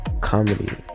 comedy